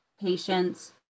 patients